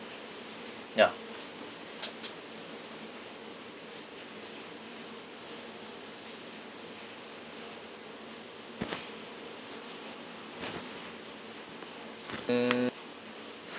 ya mm